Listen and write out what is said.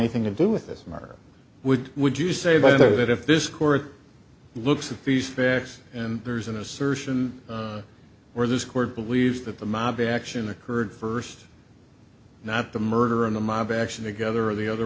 anything to do with this murder would would you say that if this court looks at these facts and there's an assertion where this court believes that the mob action occurred first not the murder and the mob action together or the other